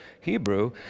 Hebrew